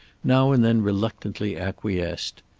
now and then reluctantly acquiesced.